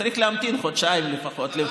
צריך להמתין חודשיים לפחות.